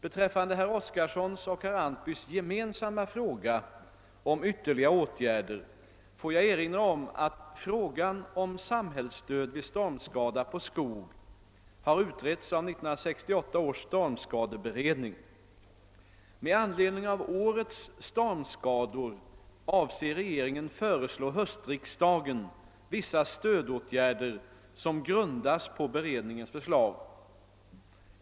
Beträffande herr Oskarsons och herr Antbys gemensamma fråga om ytterligare åtgärder får jag erinra om att frågan om samhällsstöd vid stormskada på skog har utretts av 1968 års stormskadeberedning. Med"'anledning av årets stormskador avser regeringen föreslå höstriksdagen vissa stödåtgärder som grundas på beredningens förslag.